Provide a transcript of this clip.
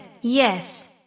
yes